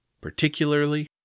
particularly